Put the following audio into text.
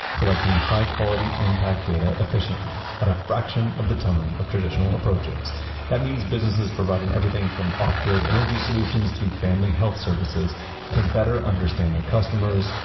collecting high quality impact data efficiently at a fraction of the time of traditional approaches that means businesses providing everything from off-grid energy solutions to family health services can better understand their customers,